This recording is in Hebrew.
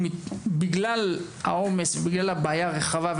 בגלל שמדובר בבעיה רחבה,